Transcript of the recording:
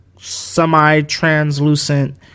semi-translucent